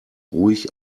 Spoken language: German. ruhig